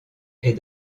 est